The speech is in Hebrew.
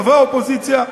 חברי האופוזיציה,